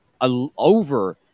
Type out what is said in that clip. over